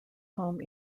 home